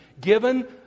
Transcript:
given